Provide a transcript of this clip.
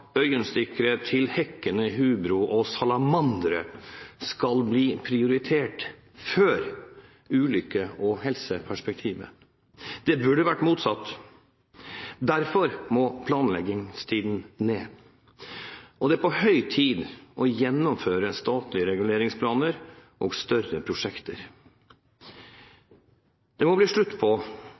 øyenstikkere, hekkende hubro og salamandre prioritert før ulykkes- og helseperspektivet. Det burde vært motsatt, og derfor må planleggingstiden ned. Det er på høy tid å gjennomføre statlige reguleringsplaner og større prosjekter. Det må bli slutt på